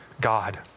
God